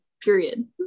period